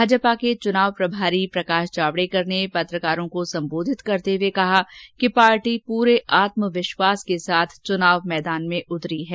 भाजपा के चुनाव प्रभारी प्रकाश जावडेकर ने पत्रकार वार्ता को सम्बोधित करते हुए कहा कि पार्टी पूरे आत्मविश्वास के साथ चुनाव मैदानमें उतरी है